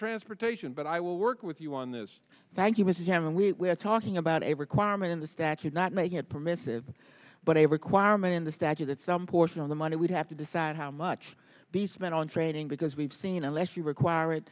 transportation but i will work with you on this thank you mr chairman we are talking about a requirement in the statute not making it permissive but a requirement in the statute that some portion of the money would have to decide how much the spent on training because we've seen unless you require it